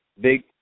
big